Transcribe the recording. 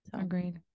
agreed